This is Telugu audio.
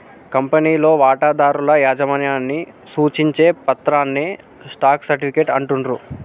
కంపెనీలో వాటాదారుల యాజమాన్యాన్ని సూచించే పత్రాన్నే స్టాక్ సర్టిఫికేట్ అంటుండ్రు